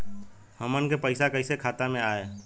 हमन के पईसा कइसे खाता में आय?